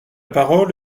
parole